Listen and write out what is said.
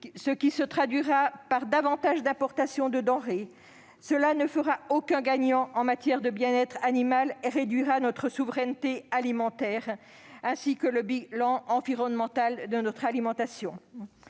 ce qui se traduirait par davantage d'importations de denrées. Cela ne ferait aucun gagnant en matière de bien-être animal, réduirait notre souveraineté alimentaire et dégraderait le bilan environnemental de notre alimentation.